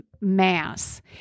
mass